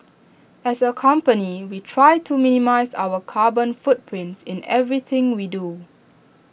as A company we try to minimise our carbon footprint in everything we do